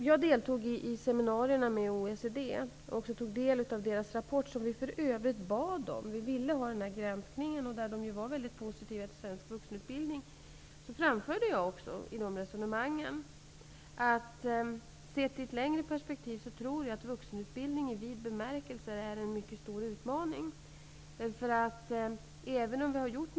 Jag deltog i seminarierna med OECD och tog del av deras rapport, vilken vi för övrigt bad om. Vi ville ha den granskningen. OECD var ju väldigt positivt till svensk vuxenutbildning. Jag framförde i resonemangen att jag tror att vuxenutbildning i vid bemärkelse sett i ett längre perspektiv är en mycket stor utmaning.